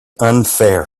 unfair